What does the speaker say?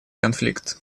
конфликт